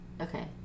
Okay